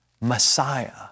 Messiah